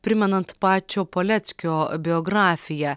primenant pačio paleckio biografiją